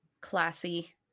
classy